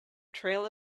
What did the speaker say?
trail